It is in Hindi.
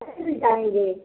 कहीं भी जाएंगे